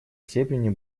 степени